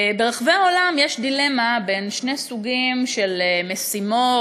ברחבי העולם יש דילמה בין שני סוגים של משימות,